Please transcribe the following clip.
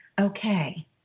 Okay